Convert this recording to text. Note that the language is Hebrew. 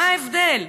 מה ההבדל?